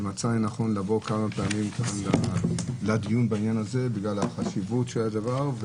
שמצא לנכון לבוא כמה פעמים לדיון בעניין הזה בגלל חשיבות הדבר.